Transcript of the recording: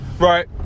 Right